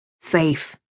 Safe